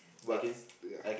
but ya